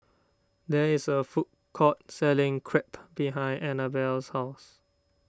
there is a food court selling Crepe behind Annabella's house